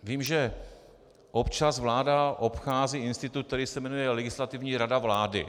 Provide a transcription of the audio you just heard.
Vím, že občas vláda obchází institut, který se jmenuje Legislativní rada vlády.